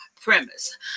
premise